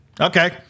Okay